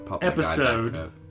episode